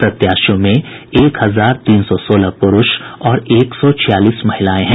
प्रत्याशियों में एक हजार तीन सौ सोलह पुरूष और एक सौ छियालीस महिलाएं हैं